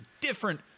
different